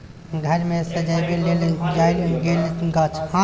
घर मे सजबै लेल लगाएल गेल गाछ